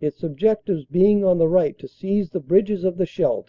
its objectives being on the right to seize the bridges of the scheidt